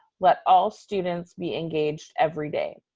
let all students be engaged every day.